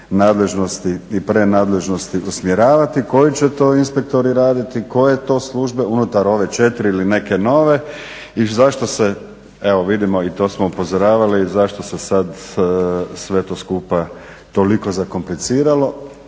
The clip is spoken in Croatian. i prenadležnosti usmjeravati, koji će to inspektori raditi, koje to službe unutar ove četiri ili neke nove i zašto se, evo vidimo i to smo upozoravali, zašto se sad sve to skupa toliko zakompliciralo,